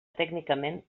tècnicament